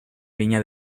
viña